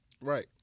Right